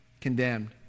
condemned